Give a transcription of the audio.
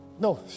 no